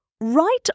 right